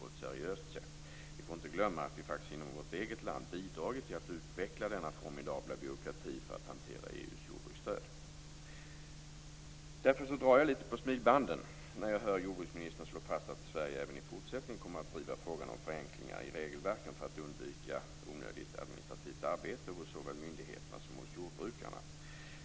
Vi får inte glömma att vi faktiskt inom vårt eget land bidragit till att utveckla denna formidabla byråkrati för att hantera EU:s jordbruksstöd. Därför drar jag litet på smilbanden när jag hör jordbruksministern slå fast att Sverige även i fortsättningen kommer att driva frågan om förenklingar i regelverken för att undvika onödigt administrativt arbete hos såväl myndigheterna som hos jordbrukarna.